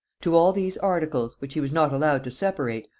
to all these articles, which he was not allowed to separate,